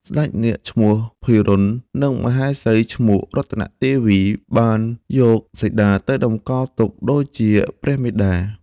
ស្តេចនាគឈ្មោះ«ភិរុណ»និងមហេសី ឈ្មោះ «រតនាទេវី» បានយកសីតាទៅតម្កល់ទុកដូចជាព្រះមាតា។